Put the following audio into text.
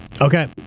okay